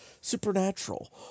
Supernatural